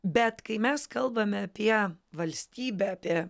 bet kai mes kalbame apie valstybę apie